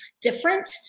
different